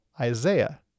Isaiah